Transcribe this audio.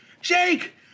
Jake